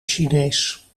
chinees